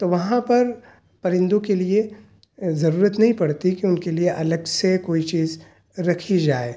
تو وہاں پر پرندوں کے لیے ضرورت نہیں پڑتی کہ ان کے لیے الگ سے کوئی چیز رکھی جائے